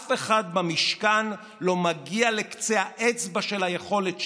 אף אחד במשכן לא מגיע לקצה האצבע של היכולת שלו,